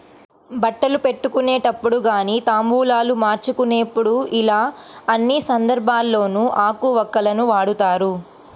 బట్టలు పెట్టుకునేటప్పుడు గానీ తాంబూలాలు మార్చుకునేప్పుడు యిలా అన్ని సందర్భాల్లోనూ ఆకు వక్కలను వాడతారు